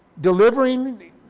delivering